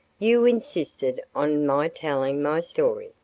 you insisted on my telling my story,